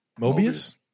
Mobius